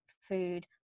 food